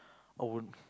I won't